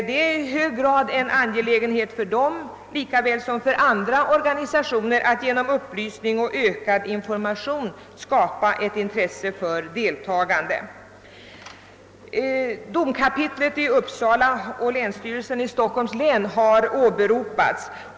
Det är i hög grad en angelägenhet för dem, lika väl som för andra organisationer, att genom upplysning och ökad information skapa ett intresse för del relsen i Stockholms län har åberopats.